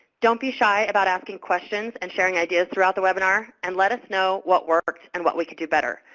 don't be shy about asking questions and sharing ideas throughout the webinar and let us know what works and what we can do better.